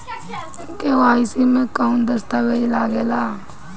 KYC मे कौन दश्तावेज लागेला?